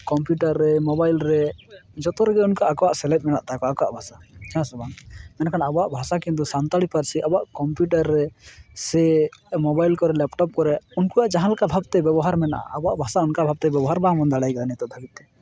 computer ᱨᱮ mobile ᱨᱮ ᱡᱚᱛᱚ ᱨᱮᱜᱮ ᱩᱱᱠᱩᱣᱟᱜ ᱟᱠᱚᱣᱟᱜ ᱥᱮᱞᱮᱫ ᱢᱮᱱᱟᱜ ᱛᱟᱠᱚᱣᱟ ᱟᱠᱚᱣᱟᱜ ᱵᱷᱟᱥᱟ ᱦᱮᱸᱥᱮ ᱵᱟᱝ ᱢᱮᱱᱠᱷᱟᱱ ᱟᱵᱚᱣᱟᱜ ᱵᱷᱟᱥᱟ ᱠᱤᱱᱛᱩ ᱥᱟᱱᱛᱟᱲᱤ ᱯᱟᱹᱨᱥᱤ ᱟᱵᱚᱣᱟᱜ ᱠᱚᱢᱯᱤᱭᱩᱴᱟᱨ ᱨᱮ ᱥᱮ ᱢᱳᱵᱟᱭᱤᱞ ᱠᱚᱨᱮ ᱞᱮᱯᱴᱚᱯ ᱠᱚᱨᱮ ᱩᱱᱠᱩᱣᱟᱜ ᱡᱟᱦᱟᱸ ᱞᱮᱠᱟ ᱵᱷᱟᱵᱽᱛᱮ ᱵᱮᱵᱚᱦᱟᱨ ᱢᱮᱱᱟᱜᱼᱟ ᱟᱵᱚᱣᱟᱜ ᱵᱷᱟᱥᱟ ᱚᱱᱠᱟ ᱵᱷᱟᱵᱽᱛᱮ ᱵᱮᱵᱚᱦᱟᱨ ᱵᱟᱝ ᱫᱟᱲᱮᱭ ᱠᱟᱫᱟ ᱱᱤᱛᱚᱜ ᱫᱷᱟᱹᱵᱤᱡᱛᱮ